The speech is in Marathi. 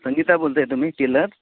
हां संगीता बोलताय तुम्ही टेलर